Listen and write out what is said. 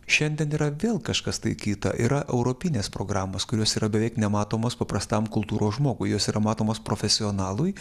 šiandien yra vėl kažkas tai kita yra europinės programos kurios yra beveik nematomos paprastam kultūros žmogui jos yra matomos profesionalui